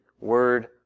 word